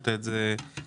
ששמת את זה מהר.